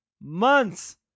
months